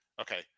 okay